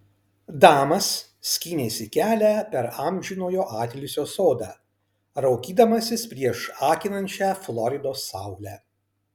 damas skynėsi kelią per amžinojo atilsio sodą raukydamasis prieš akinančią floridos saulę